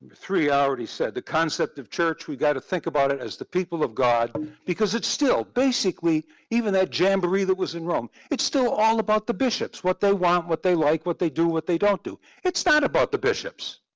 three i already said the concept of church, we got to think about it as the people of god because it's still basically even that jamblee in rome, it's still all about the bishops what they want, what they like, what they do, what they don't do. it's not about the bishops.